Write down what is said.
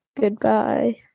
Goodbye